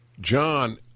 John